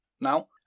now